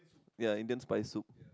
ya Indian spice soup